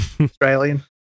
Australian